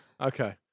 okay